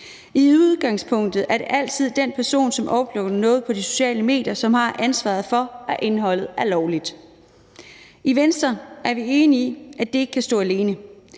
I udgangspunktet er det altid den person, som uploader noget på de sociale medier, som har ansvaret for, at indholdet er lovligt. I Venstre er vi enige i, at det ikke kan stå alene,